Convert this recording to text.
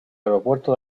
aeropuerto